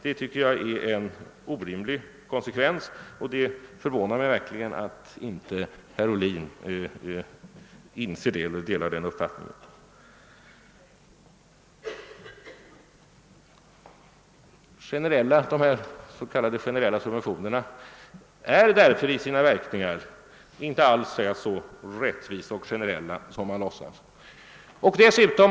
Det tycker jag är en orimlig konsekvens, och det förvånar mig verkligen att inte herr Ohlin delar den uppfattningen. De s.k. generella subventionerna är alltså i sina verkningar inte alls så rättvisa och generella som man låtsas.